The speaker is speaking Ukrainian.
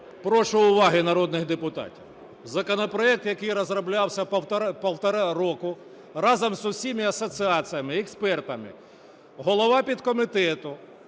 прошу увагу народних депутатів. Законопроект, який розроблявся півтора року разом з усіма асоціаціями, експертами, голова підкомітету